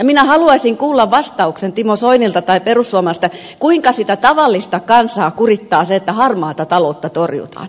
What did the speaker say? minä haluaisin kuulla vastauksen timo soinilta tai perussuomalaisilta kuinka sitä tavallista kansaa kurittaa se että harmaata taloutta torjutaan